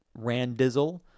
Randizzle